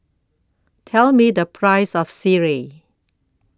Tell Me The Price of Sireh